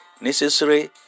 necessary